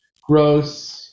Gross